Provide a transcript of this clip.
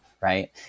Right